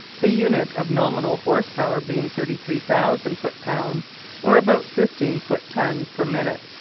the unit of nominal horse-power being thirty three thousand foot-pounds or about fifteen foot-tons per minute,